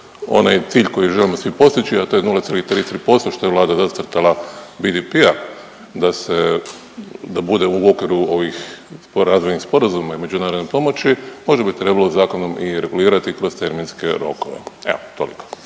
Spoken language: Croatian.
onaj cilj koji želimo svi postići, a to je 0,33% što je Vlada zacrtala BDP-a da se da bude u okvirnih razvojnih sporazuma i međunarodne pomoći možda bi trebalo zakonom i regulirati kroz terminske rokove. Evo toliko.